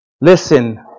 Listen